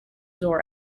door